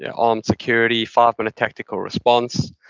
yeah armed security, five minute tactical response.